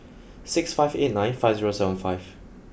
six five eight nine five zero seven five